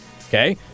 okay